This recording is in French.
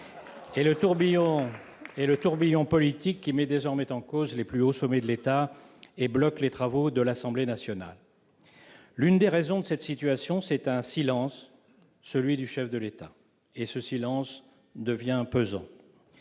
le tourbillon politique qui met désormais en cause les plus hauts sommets de l'État et bloque les travaux de l'Assemblée nationale. L'une des raisons de cette situation, c'est un silence : celui du chef de l'État. Or ce silence devient pesant.